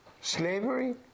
slavery